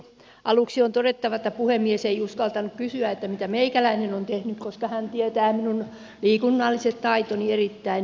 aluksi on todettava että puhemies ei uskaltanut kysyä mitä meikäläinen on tehnyt koska hän tietää minun liikunnalliset taitoni erittäin hyvin